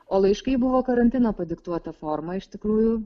o laiškai buvo karantino padiktuota forma iš tikrųjų